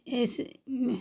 ऐसे में